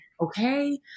Okay